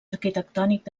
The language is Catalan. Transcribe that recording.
arquitectònic